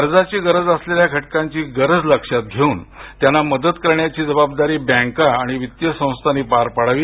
कर्जाची गरज असलेल्या घटकांची गरज लक्ष्यात घेऊन त्यांना मद्त करण्याची जबाबदारी बँका आणि वित्तीय संस्थांनी पार पाडावी